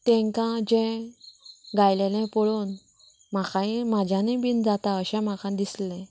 तेंकां जें गायलेलें पळोवन म्हाकाय म्हाज्यानूय बीन जाता अशें म्हाका दिसलें